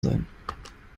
sein